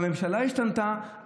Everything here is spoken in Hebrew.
הממשלה השתנתה,